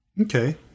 Okay